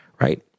right